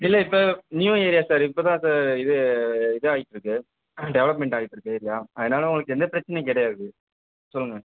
இல்லை இப்போ new area sir இப்போ தான் அந்த இது இதாயிட்டுருக்கு ஆ டெவலப்மெண்ட் ஆயிட்டு இருக்கு ஏரியா அதனால் உங்களுக்கு எந்த பிரச்சனையும் கிடையாது சொல்லுங்கள்